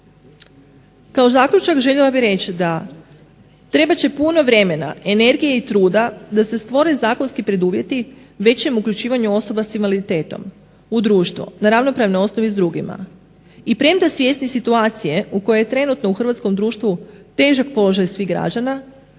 Kao zaključak željela bih reći da trebat će puno vremena, energije i truda da se stvore zakonski preduvjeti većem uključivanju osoba sa invaliditetom u društvo na ravnopravnoj osnovi s drugima. I premda svjesni situacije u kojoj trenutno u hrvatskom društvu težak položaj svih građana